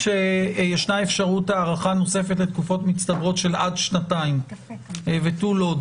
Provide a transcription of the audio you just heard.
כשיש אפשרות הארכה נוספת לתקופות מצטברות של עד שנתיים ותו לא,